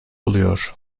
oluyor